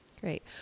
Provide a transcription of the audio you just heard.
Great